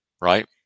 right